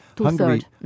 Hungary